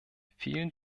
vielen